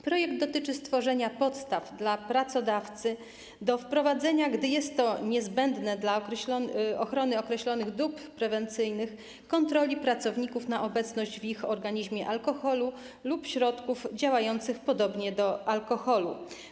Projekt dotyczy stworzenia podstaw dla pracodawcy do wprowadzenia, gdy jest to niezbędne dla ochrony określonych dóbr prewencyjnych, kontroli pracowników na obecność w ich organizmie alkoholu lub środków działających podobnie do alkoholu.